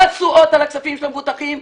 מה התשואות של הכספים של המבוטחים?